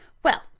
well,